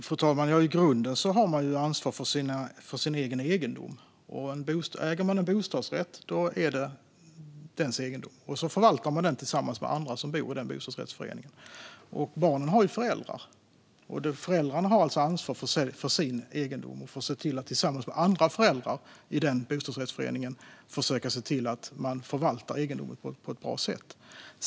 Fru talman! I grunden har man ansvar för sin egen egendom. Äger man en bostadsrätt är det ens egendom, och så förvaltar man den tillsammans med de andra som bor i den bostadsrättsföreningen. Barnen har föräldrar, och föräldrarna har ansvar för sin egendom och för att med andra föräldrar i bostadsrättsföreningen se till att egendomen förvaltas på ett bra sätt.